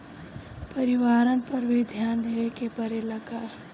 परिवारन पर भी ध्यान देवे के परेला का?